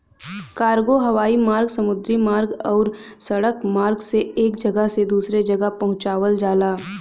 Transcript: cargo हवाई मार्ग समुद्री मार्ग आउर सड़क मार्ग से एक जगह से दूसरे जगह पहुंचावल जाला